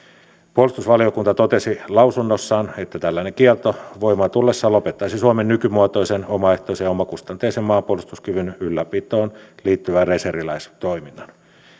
puolustusvaliokunta totesi lausunnossaan että tällainen kielto voimaan tullessaan lopettaisi suomen nykymuotoisen omaehtoisen ja omakustanteisen maanpuolustuskyvyn ylläpitoon liittyvän reserviläistoiminnan